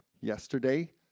yesterday